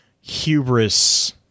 hubris